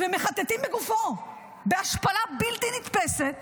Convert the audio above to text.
ומחטטים בגופו בהשפלה בלתי נתפסת.